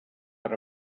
per